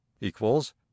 equals